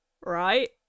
right